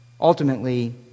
Ultimately